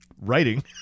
Writing